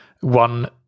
one